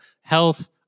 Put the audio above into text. health